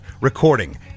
recording